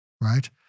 right